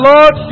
Lord